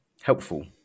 helpful